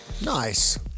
nice